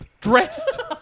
Dressed